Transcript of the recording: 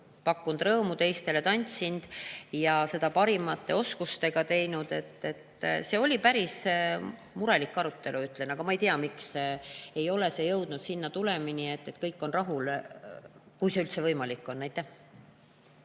pakkunud rõõmu teistele, tantsinud ja seda parimate oskustega teinud. Ütlen, et see oli päris murelik arutelu. Aga ma ei tea, miks ei ole see jõudnud selle tulemini, et kõik on rahul. Kui see üldse võimalik on. Tänan,